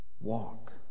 walk